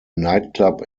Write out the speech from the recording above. nightclub